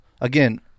again